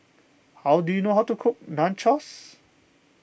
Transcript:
how do you know how to cook Nachos